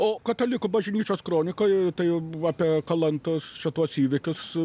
o katalikų bažnyčios kronikoj tai jau apie kalantos čia tuos įvykius